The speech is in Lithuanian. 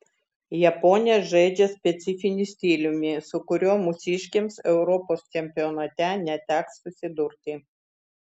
japonės žaidžia specifiniu stiliumi su kuriuo mūsiškėms europos čempionate neteks susidurti